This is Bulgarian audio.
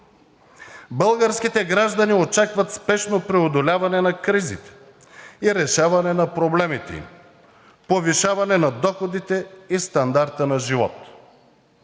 българските граждани очакват спешното преодоляване на кризите и решаването на проблемите им, повишаването на доходите и стандарта им на живот.